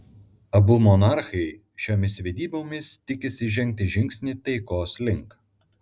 abu monarchai šiomis vedybomis tikisi žengti žingsnį taikos link